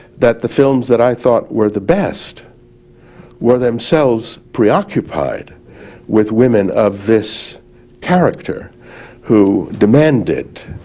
that the films that i thought were the best were themselves preoccupied with women of this character who demanded